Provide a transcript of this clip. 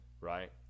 right